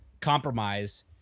compromise